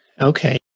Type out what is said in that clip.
okay